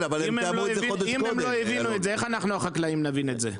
אם הם לא הבינו את זה איך אנחנו החקלאים נבין את זה?